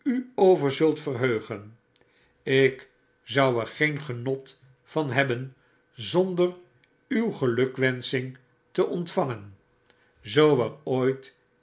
over zult verheugen ik zou er geen genot van hebben zonder uw gelukwensching te ontvangen zoo er ooit